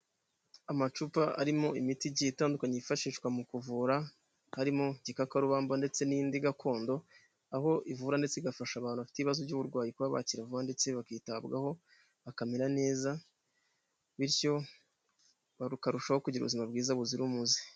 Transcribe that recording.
Amacupa arimo imiti igiye itandukanye yifashishwa mu kuvura, harimo igikakarubamba ndetse n'indi gakondo, aho ivura ndetse igafasha abantu bafite ibibazo by'uburwayi kuba bakira vuba, ndetse bakitabwaho, bakamera neza bityo bakarushaho kugira ubuzima bwiza buzira umuze.